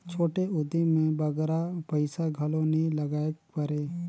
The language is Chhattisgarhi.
छोटे उदिम में बगरा पइसा घलो नी लगाएक परे